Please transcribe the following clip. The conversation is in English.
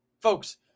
Folks